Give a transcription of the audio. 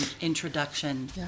introduction